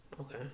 Okay